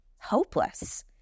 hopeless